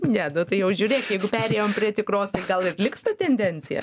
ne bet tai jau žiūrėk jeigu perėjom prie tikros tai gal ir liks ta tendencija